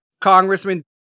Congressman